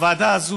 הוועדה הזו,